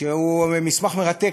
שהוא מסמך מרתק,